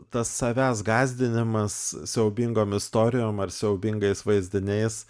tas savęs gąsdinimas siaubingom istorijom ar siaubingais vaizdiniais